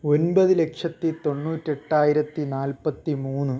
ഒൻപത് ലക്ഷത്തി തൊണ്ണൂറ്റി എട്ടായിരത്തി നാൽപ്പത്തി മൂന്ന്